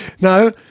No